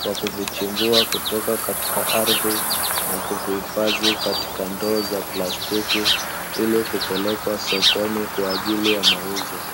kwa kuvichimbua kutoka katika ardhi na kuvihifadhi katika ndoo za plastiki, ili kupelekwa sokoni kwa ajili ya mauzo.